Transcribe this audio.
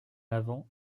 avant